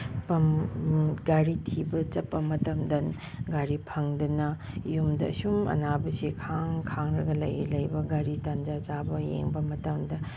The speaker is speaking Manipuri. ꯒꯥꯔꯤ ꯊꯤꯕ ꯆꯠꯄ ꯃꯇꯝꯗ ꯒꯥꯔꯤ ꯐꯪꯗꯅ ꯌꯨꯝꯗ ꯁꯨꯝ ꯑꯅꯥꯕꯁꯦ ꯈꯥꯡ ꯈꯥꯡꯉꯒ ꯂꯩ ꯂꯩꯕ ꯒꯥꯔꯤ ꯇꯟꯖꯥ ꯆꯥꯕ ꯌꯦꯡꯕ ꯃꯇꯝꯗ